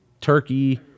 Turkey